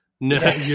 No